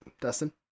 Dustin